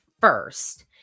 first